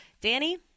Danny